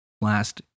last